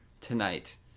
tonight